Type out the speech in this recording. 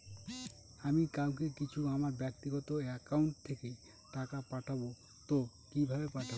আমি কাউকে কিছু আমার ব্যাক্তিগত একাউন্ট থেকে টাকা পাঠাবো তো কিভাবে পাঠাবো?